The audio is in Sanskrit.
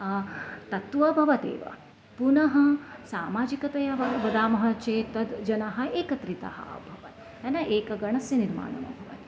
तत्त्वा भवत्येव पुनः सामाजिकतया वदामः चेत् तत् जनाः एकत्रिताः अभवन् न न एकगणस्य निर्माणं अभवन्